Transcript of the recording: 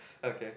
okay